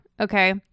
Okay